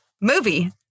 movie